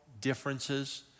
differences